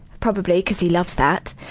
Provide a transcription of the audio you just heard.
probably, cuz he loves that.